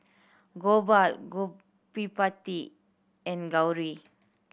Gopal Gottipati and Gauri